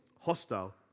hostile